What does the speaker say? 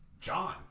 John